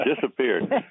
disappeared